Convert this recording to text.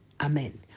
Amen